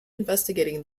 investigating